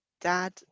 dad